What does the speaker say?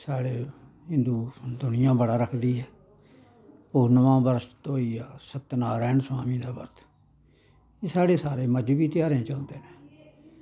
साढ़े हिन्दू दुनियां बड़ा रक्खदी ऐ पूर्णीमा बर्त होई गेआ सत्त नारायन स्बामी दा बर्त एह् साढ़े सारे साढ़ा मजह्बी तेहारें च औंदे न